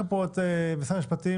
יש לכם פה את משרד המשפטים,